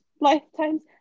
lifetimes